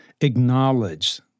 Acknowledge